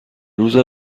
روز